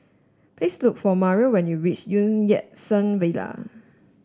please look for Mario when you reach Yat Sen Villa